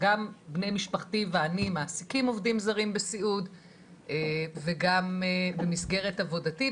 גם בני משפחתי ואני מעסיקים עובדים זרים בסיעוד וגם במסגרת עבודתי,